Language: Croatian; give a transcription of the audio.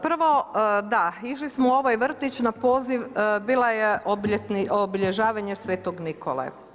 Prvo, da, išli smo u ovaj vrtić na poziv, bilo je obilježavanje Sv. Nikole.